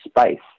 space